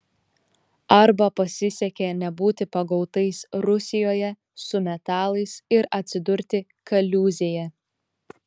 arba pasisekė nebūti pagautais rusijoje su metalais ir atsidurti kaliūzėje